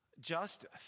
justice